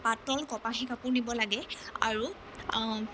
পাতল কপাহী কাপোৰ নিব লাগে আৰু